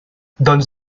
doncs